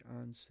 on